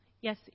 Yes